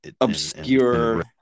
Obscure